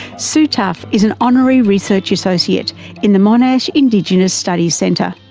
sue taffe is an honorary research associate in the monash indigenous studies centre.